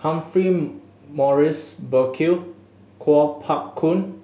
Humphrey Morrison Burkill Kuo Pao Kun